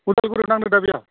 उदालगुरियाव नांदों दा बियो